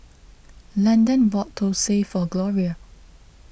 Landan bought Thosai for Gloria